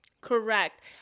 Correct